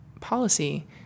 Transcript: policy